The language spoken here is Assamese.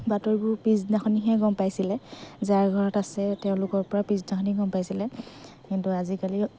বাতৰিবোৰ পিছদিনাখনিহে গম পাইছিলে যাৰ ঘৰত আছে তেওঁলোকৰ পৰা পিছদিনাখনি গম পাইছিলে কিন্তু আজিকালি